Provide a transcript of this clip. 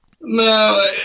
No